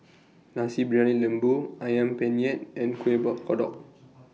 Nasi Briyani Lembu Ayam Penyet and Kueh Kodok